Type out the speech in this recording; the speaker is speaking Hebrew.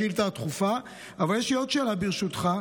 השאילתה הדחופה, אבל יש לי עוד שאלה, ברשותך.